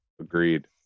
Agreed